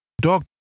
dog